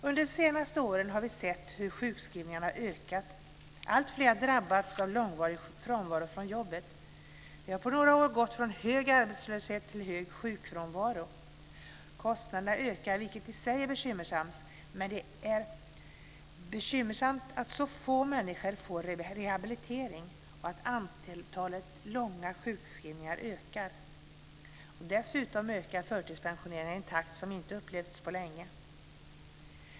Under de senaste åren har vi sett hur sjukskrivningarna har ökat och att alltfler har drabbats av långvarig frånvaro från jobbet. Vi har på några år gått från hög arbetslöshet till hög sjukfrånvaro. Kostnaderna ökar, vilket i sig är bekymmersamt. Men det är också bekymmersamt att så få människor får rehabilitering och att antalet långa sjukskrivningar ökar. Dessutom ökar förtidspensioneringarna i en takt som inte har upplevts på länge.